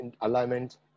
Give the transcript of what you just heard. Alignment